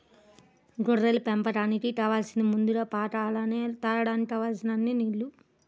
గొర్రెల పెంపకానికి కావాలసింది ముందుగా పాక అలానే తాగడానికి కావలసినన్ని నీల్లు